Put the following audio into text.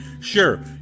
Sure